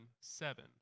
seven